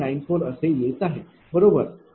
94 असे येत आहे बरोबर